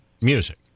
music